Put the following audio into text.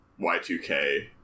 Y2K